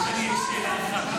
עשר דקות לשרה.